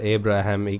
Abraham